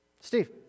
Steve